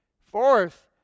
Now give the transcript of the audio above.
fourth